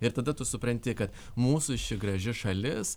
ir tada tu supranti kad mūsų ši graži šalis